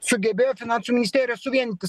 sugebėjo finansų ministerija suvienyti